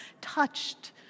touched